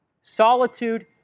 solitude